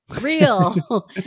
real